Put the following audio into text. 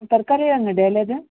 ತರಕಾರಿ ಅಂಗಡಿಯಲಾ ಇದು